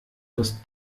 das